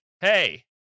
hey